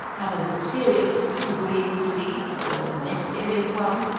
have a more serious degree of the disease, or a less serious one.